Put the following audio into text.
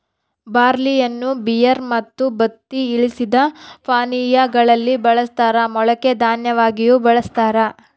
ಬಾರ್ಲಿಯನ್ನು ಬಿಯರ್ ಮತ್ತು ಬತ್ತಿ ಇಳಿಸಿದ ಪಾನೀಯಾ ಗಳಲ್ಲಿ ಬಳಸ್ತಾರ ಮೊಳಕೆ ದನ್ಯವಾಗಿಯೂ ಬಳಸ್ತಾರ